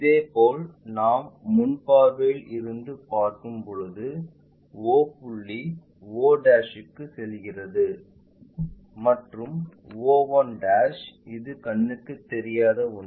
இதேபோல் நாம் முன் பார்வையில் இருந்து பார்க்கும் போது o புள்ளி o க்கு செல்கிறது மற்றும் o1 இது கண்ணுக்கு தெரியாத ஒன்று